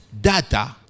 data